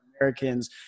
Americans